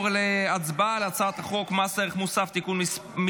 על הצעת חוק מס ערך מוסף (תיקון,